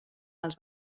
els